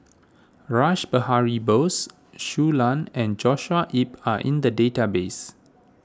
Rash Behari Bose Shui Lan and Joshua Ip are in the database